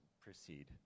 proceed